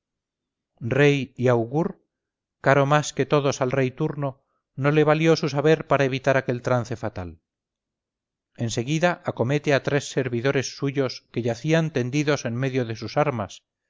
rey y augur caro más que todos al rey turno no le valió su saber para evitar aquel trance fatal en seguida acomete a tres servidores suyos que yacían tendidos en medio de sus armas